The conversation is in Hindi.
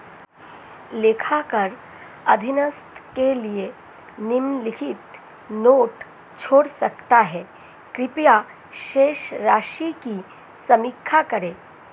लेखाकार अधीनस्थ के लिए निम्नलिखित नोट छोड़ सकता है कृपया शेष राशि की समीक्षा करें